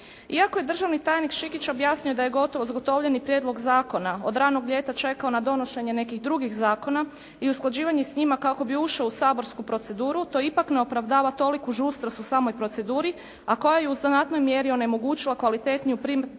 Iako je državni tajnik Šikić objasnio da je gotovo zgotovljeni prijedlog zakona od ranog ljeta čekao na donošenje nekih drugih zakona i usklađivanje s njima kako bi ušao u saborsku proceduru to ipak ne opravdava toliku žustrost u samoj proceduri, a koja je u znatnoj mjeri onemogućila kvalitetniju pripremu